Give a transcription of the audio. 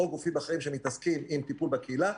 אין גופים אחרים שמתעסקים עם טיפול בקהילה,